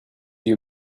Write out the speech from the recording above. you